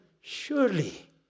surely